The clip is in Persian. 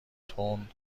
تندتند